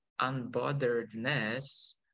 unbotheredness